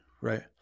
right